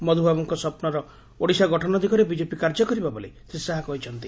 ମଧୁବାବୁଙ୍କ ସ୍ୱପ୍ପର ଓଡ଼ିଶା ଗଠନ ଦିଗରେ ବିଜେପି କାର୍ଯ୍ୟ କରିବ ବୋଲି ଶ୍ରୀ ଶାହା କହିଛନ୍ତି